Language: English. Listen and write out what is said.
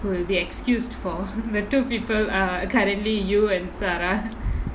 will be excused for metoo people are currently you and zarah